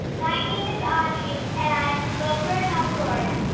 my name is audrey, and i am from boca raton, fla. and